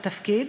בתפקיד.